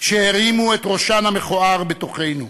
שהרימו את ראשן המכוער בתוכנו.